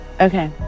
Okay